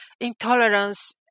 intolerance